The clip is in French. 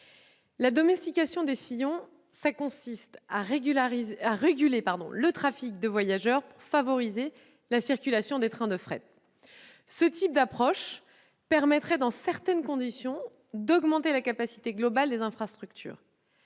la domestication des sillons consiste à réguler le trafic de voyageurs pour favoriser la circulation des trains de fret. Ce type d'approche permettrait, dans certaines conditions, d'augmenter la capacité globale des infrastructures.